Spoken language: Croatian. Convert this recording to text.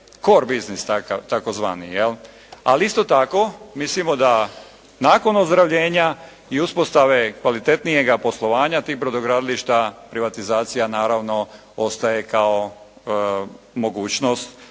“core business“ takozvani. Ali isto tako mislimo da nakon ozdravljenja i uspostave kvalitetnijega poslovanja tih brodogradilišta privatizacija naravno ostaje kao mogućnost